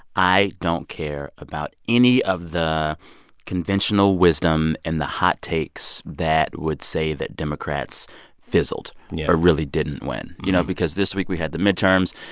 i don't care about any of the conventional wisdom in the hot takes that would say that democrats fizzled or really didn't win. you know, because this week we had the midterms.